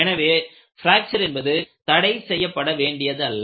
எனவே பிராக்சர் என்பது தடை செய்யப்பட வேண்டியதல்ல